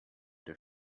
der